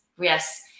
yes